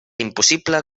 impossible